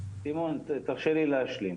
סימון, תרשה לי להשלים.